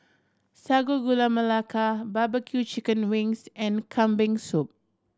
Sago Gula Melaka barbecue chicken wings and Kambing Soup